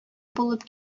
булып